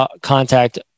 contact